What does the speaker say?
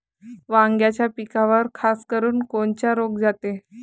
वांग्याच्या पिकावर खासकरुन कोनचा रोग जाते?